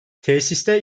tesiste